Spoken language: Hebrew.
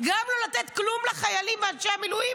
גם לא לתת כלום לחיילים ואנשי המילואים,